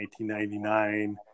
1999